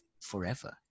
forever